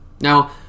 Now